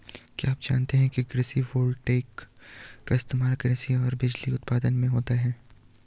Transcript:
क्या आप जानते है कृषि वोल्टेइक का इस्तेमाल कृषि और बिजली उत्पादन में होता है?